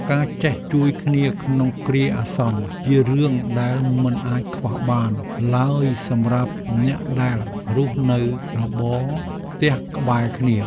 ការចេះជួយគ្នាក្នុងគ្រាអាសន្នជារឿងដែលមិនអាចខ្វះបានឡើយសម្រាប់អ្នកដែលរស់នៅរបងផ្ទះក្បែរគ្នា។